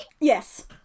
yes